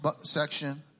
section